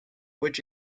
which